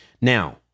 Now